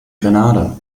grenada